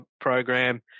program